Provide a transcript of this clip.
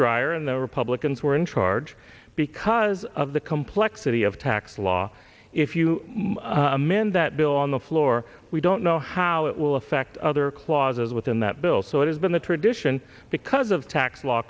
dreier and the republicans were in charge because of the complexity of tax law if you amend that bill on the floor we don't know how it will affect other clauses within that bill so it has been the tradition because of tax law